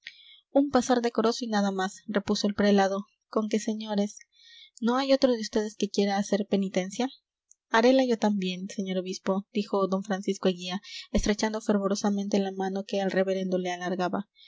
un pasar decoroso y nada más repuso el prelado con que señores no hay otro de ustedes que quiera hacer penitencia harela yo también señor obispo dijo don francisco eguía estrechando fervorosamente la mano que el reverendo le alargaba